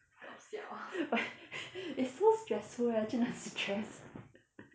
but it's so stressful eh 真的很 stress